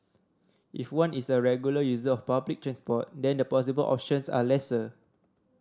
if one is a regular user of public transport then the possible options are lesser